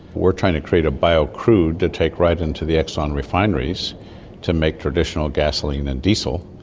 we're trying to create a bio crude to take right into the exon refineries to make traditional gasoline and diesel,